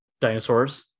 dinosaurs